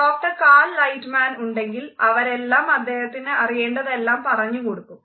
doctor Cal Lightman ഉണ്ടെങ്കിൽ അവരെല്ലാം അദ്ദേഹത്തിന് അറിയേണ്ടതെല്ലാം പറഞ്ഞു കൊടുക്കും